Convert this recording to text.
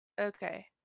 Okay